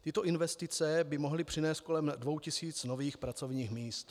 Tyto investice by mohly přinést kolem dvou tisíc nových pracovních míst.